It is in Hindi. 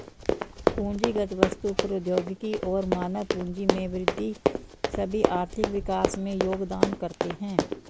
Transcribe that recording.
पूंजीगत वस्तु, प्रौद्योगिकी और मानव पूंजी में वृद्धि सभी आर्थिक विकास में योगदान करते है